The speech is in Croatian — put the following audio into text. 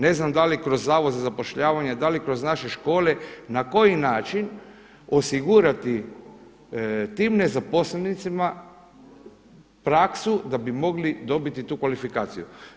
Ne znam da li kroz Zavod za zapošljavanje, da li kroz naše škole, na koji način osigurati tim nezaposlenicima praksu da bi mogli dobiti tu kvalifikaciju?